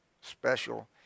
special